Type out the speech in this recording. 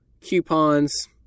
coupons